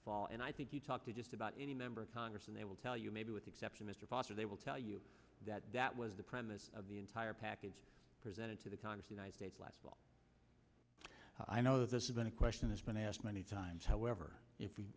fall and i think you talk to just about any member of congress and they will tell you maybe with exception mr foster they will tell you that that was the premise of the entire package presented to the congress united states last fall i know this is going to question has been asked many times however if we